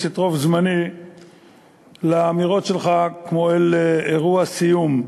את רוב זמני לאמירות שלך כמו אל אירוע סיום,